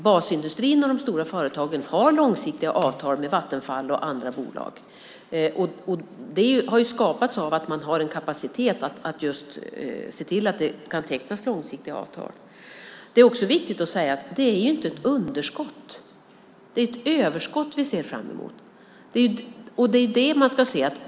Basindustrin och de stora företagen har långsiktiga avtal med Vattenfall och andra bolag. Det har skapats genom att man har en kapacitet att se till att det kan tecknas långsiktiga avtal. Det är inte ett underskott, det är ett överskott, som vi ser fram emot.